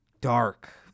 dark